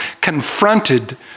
confronted